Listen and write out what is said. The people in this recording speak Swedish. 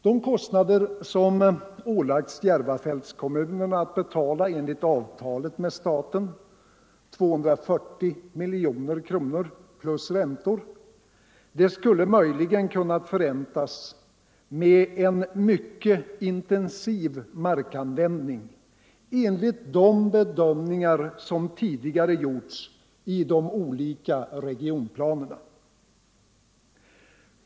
De kostnader som Järvafältskommunerna ålagts att betala enligt avtalet med staten, 240 miljoner kronor plus räntor, skulle möjligen kunnat förräntas med en mycket intensiv markanvändning enligt de bedömningar som tidigare gjorts i de olika regionplanerna.